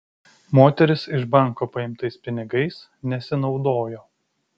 moteris iš banko paimtais pinigais nesinaudojo